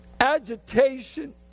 Agitation